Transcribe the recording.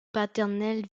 paternelle